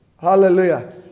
Hallelujah